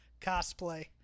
cosplay